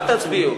אל תצביעו,